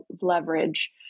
leverage